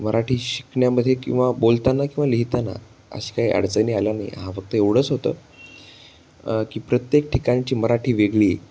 मराठी शिकण्यामध्ये किंवा बोलताना किंवा लिहिताना अशी काही अडचणी आल्या नाही हा फक्त एवढंच होतं की प्रत्येक ठिकाणची मराठी वेगळी